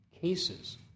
cases